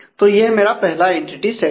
तो यह मेरा पहला एंटिटी सेट है